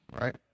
right